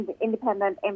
independent